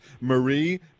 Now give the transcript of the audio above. Marie